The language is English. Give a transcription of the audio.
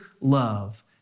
love